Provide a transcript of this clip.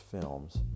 films